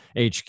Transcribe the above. HQ